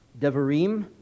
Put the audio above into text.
Devarim